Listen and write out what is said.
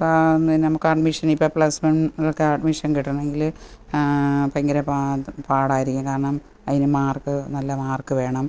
പിന്നെ നമുക്ക് അഡ്മിഷൻ ഇപ്പോൾ പ്ലസ്വൺ ഒക്കെ അഡ്മിഷൻ കിട്ടണമെങ്കിൽ ഭയങ്കര പാടായിരിക്കും കാരണം അതിന് മാർക്ക് നല്ല മാർക്ക് വേണം